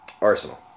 Arsenal